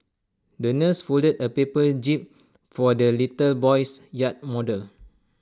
the nurse folded A paper jib for the little boy's yacht model